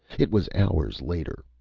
it was hours later.